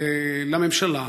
לממשלה